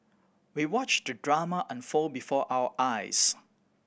we watched the drama unfold before our eyes